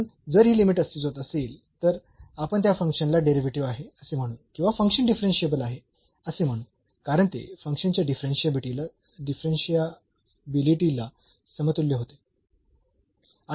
म्हणून जर ही लिमिट अस्तित्वात असेल तर आपण त्या फंक्शनला डेरिव्हेटिव्ह आहे असे म्हणू किंवा फंक्शन डिफरन्शियेबल आहे असे म्हणू कारण ते फंक्शनच्या डिफरन्शियाबिलिटीला समतुल्य होते